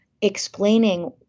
explaining